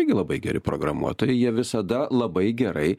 irgi labai geri programuotojai jie visada labai gerai